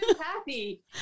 Happy